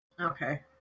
Okay